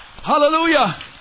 Hallelujah